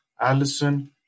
Allison